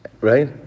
Right